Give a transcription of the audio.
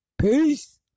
Peace